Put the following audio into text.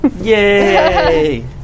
Yay